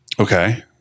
Okay